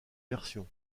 versions